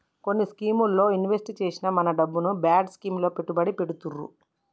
కొన్ని స్కీముల్లో ఇన్వెస్ట్ చేసిన మన డబ్బును బాండ్ స్కీం లలో పెట్టుబడి పెడతుర్రు